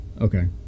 okay